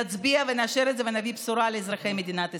נצביע ונאשר את זה ונביא בשורה לאזרחי מדינת ישראל.